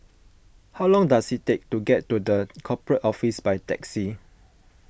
how long does it take to get to the Corporate Office by taxi